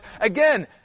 again